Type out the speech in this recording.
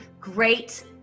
great